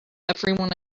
everyone